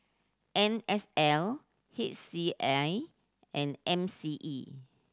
N S L H C A and M C E